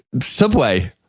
Subway